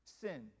sin